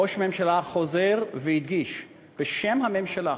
ראש הממשלה חזר והדגיש בשם הממשלה